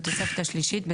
בתוספת השלישית,